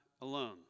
alone